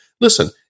Listen